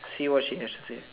see what she has to say